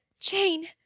jane!